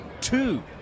two